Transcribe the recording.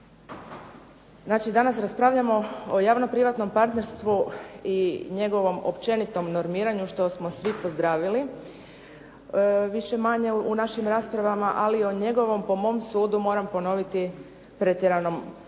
danas raspravljamo o javno-privatnom partnerstvu i njegovom općenitom normiranju što smo svi pozdravili. Više-manje u našim raspravama, ali i o njegovom po mom sudu, moram ponoviti, pretjeranom